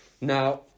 Now